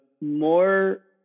more